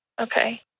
okay